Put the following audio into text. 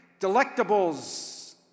delectables